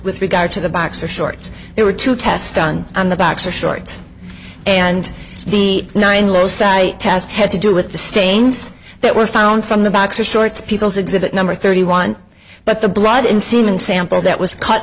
with regard to the boxer shorts there were two tests done on the boxer shorts and the nine low site test had to do with the stains that were found from the boxer shorts people's exhibit number thirty one but the blood in semen sample that was cut